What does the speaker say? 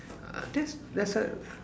uh that's that's a